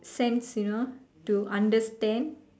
sense you know to understand